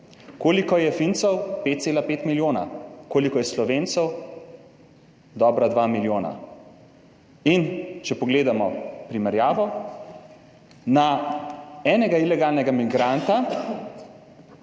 Koliko je Fincev? 5,5 milijona. Koliko je Slovencev? Dobra 2 milijona. In če pogledamo primerjavo, na enega ilegalnega migranta